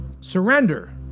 Surrender